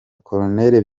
col